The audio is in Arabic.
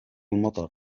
المطر